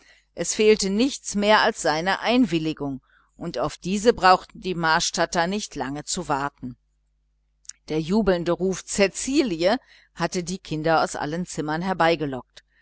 es fehlte nichts mehr als seine einwilligung und auf diese brauchten die marstadter nicht lange zu warten der jubelnde ruf cäcilie hatte die kinder aus allen zimmern